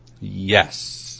Yes